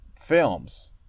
films